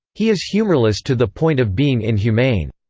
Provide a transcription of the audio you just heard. he is humorless to the point of being inhumane.